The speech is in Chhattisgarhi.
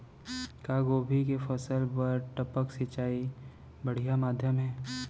का गोभी के फसल बर टपक सिंचाई बढ़िया माधयम हे?